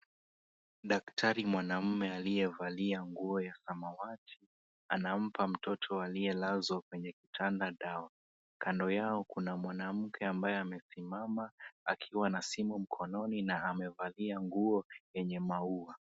Daktari mwanaume aliyevalia nguo ya samawati anampa mtoto aliyelazwa kwenye kitanda dawa. Kando yao kuna mwamke ambaye amesimama akiwa na simu mkononi na amevalia nguo yenye maua.